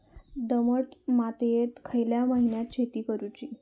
दमट मातयेत खयल्या महिन्यात शेती करुची?